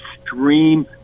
extreme